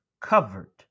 covered